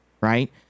right